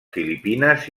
filipines